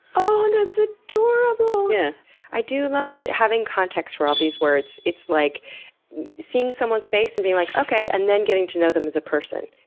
oh, that's adorable! yeah i do love that, having context for all these words, it's like seeing someone's face and being like, okay. and then getting to know them as a person.